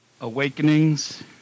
Awakenings